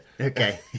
Okay